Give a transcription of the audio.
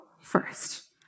first